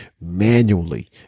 manually